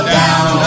down